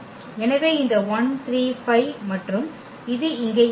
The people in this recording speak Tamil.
எனவே இந்த 1 3 5 மற்றும் இது இங்கே எளிது